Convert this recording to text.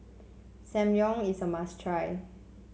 samgyeo is a must try